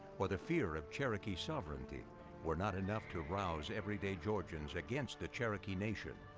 or the fear of cherokee sovereignty were not enough to rouse every day georgians against the cherokee nation,